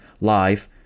live